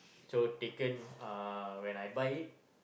so taken uh when I buy it